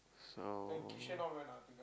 so